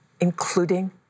including